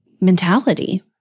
mentality